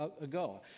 ago